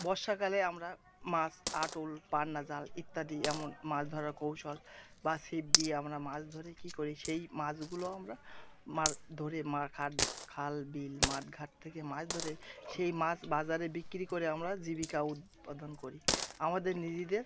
বর্ষাকালে আমরা মাছ আটল পান্নাজাল ইত্যাদি এমন মাছ ধরার কৌশল বা ছিপ দিয়ে আমরা মাছ ধরি কী করি সেই মাছগুলো আমরা মার ধরে মার খাট খাল বিল মাঠ ঘাট থেকে মাছ ধরে সেই মাছ বাজারে বিক্রি করে আমরা জীবিকা উৎপাদন করি আমাদের নিজেদের